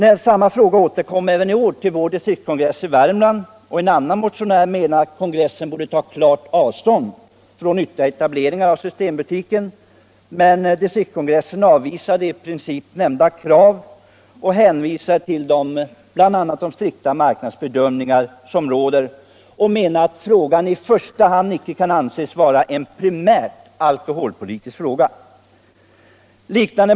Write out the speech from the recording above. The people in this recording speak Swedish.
Frågan aktualiserades även i år vid vår distrikskongress i Värmland, där en annan motionär menade att kongressen borde ta klart avstånd från ytterligare etableringar av systembutiker. Distriktskongressen 1976 avvisade i princip nämnda krav; man hänvisade till de strikta marknadsbedömningar som sker och menade att frågan inte i första hand kan anses vara en alkoholpolitisk fråga.